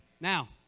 Now